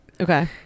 Okay